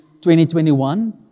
2021